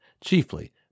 chiefly